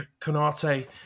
Canate